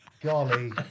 golly